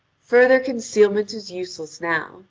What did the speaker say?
further concealment is useless now.